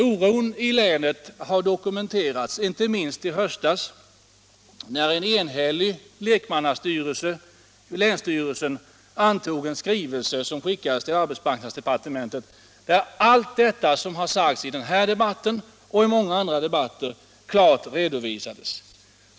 : Oron i länet har dokumenterats, inte minst i höstas när en enhällig lekmannastyrelse i länsstyrelsen antog en skrivelse som skickades till arbetsmarknadsdepartementet, i vilken allt som sagts i den här debatten och i många andra debatter klart redovisades.